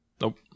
Nope